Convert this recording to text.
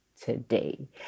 today